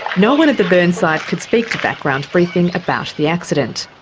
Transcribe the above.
no one at the burn site could speak to background briefing about the accident.